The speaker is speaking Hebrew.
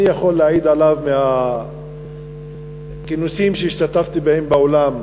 אני יכול להעיד עליו מהכינוסים שהשתתפתי בהם בעולם,